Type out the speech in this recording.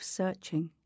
searching